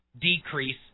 decrease